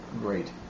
Great